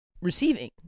receiving